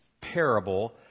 parable